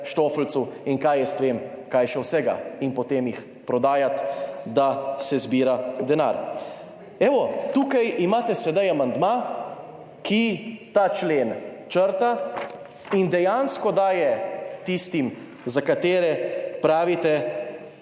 štofeljcev in kaj jaz vem, kaj še vsega, in jih potem prodajati, da se zbira denar. Evo, tukaj imate sedaj amandma, ki ta člen črta in dejansko daje tistim, za katere pravite,